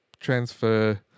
transfer